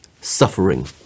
suffering